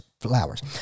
flowers